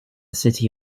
city